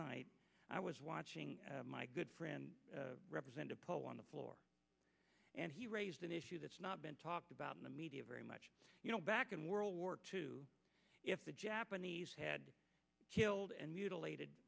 night i was watching my good friend represent a poll on the floor and he raised an issue that's not been talked about in the media very much you know back in world war two if the japanese had killed and mutilated